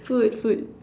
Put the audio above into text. food food